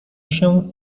się